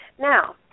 Now